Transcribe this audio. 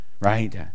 right